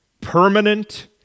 permanent